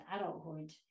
adulthood